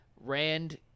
Rand